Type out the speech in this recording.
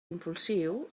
impulsiu